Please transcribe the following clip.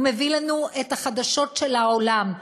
הוא מביא לנו את החדשות של העולם.